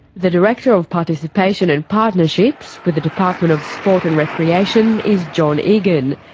the director of participation and partnerships with the department of sport and recreation is john egan.